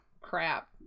Crap